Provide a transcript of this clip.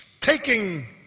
taking